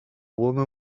woman